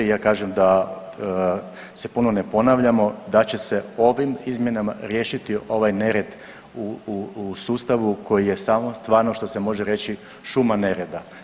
Ja kažem da se puno ne ponavljamo da će se ovim izmjenama riješiti ovaj nered u sustavu koji je stvarno što se može reći šuma nereda.